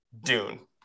Dune